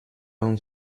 own